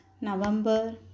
November